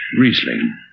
Riesling